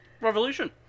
Revolution